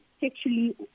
sexually